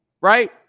right